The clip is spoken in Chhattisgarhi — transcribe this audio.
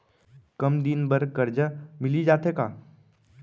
कम दिन बर करजा मिलिस जाथे का?